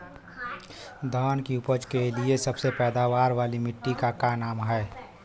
धान की उपज के लिए सबसे पैदावार वाली मिट्टी क का नाम ह?